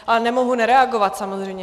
Ale nemohu nereagovat samozřejmě.